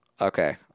Okay